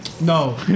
No